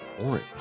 Orange